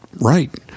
right